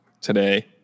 today